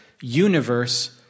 universe